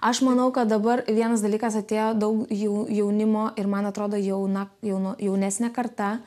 aš manau kad dabar vienas dalykas atėjo daug jau jaunimo ir man atrodo jauna jau jaunesnė karta